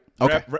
Okay